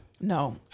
No